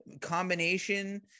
combination